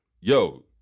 yo